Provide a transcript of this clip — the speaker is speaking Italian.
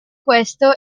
questo